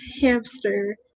hamster